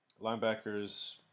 Linebackers